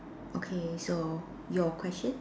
okay so your question